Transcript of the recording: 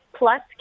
plus